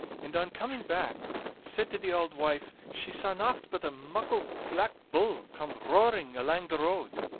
and on coming back said to the auld wife she saw nocht but a muckle black bull coming roaring alang the road.